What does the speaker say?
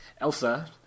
Elsa